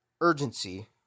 urgency